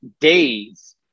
days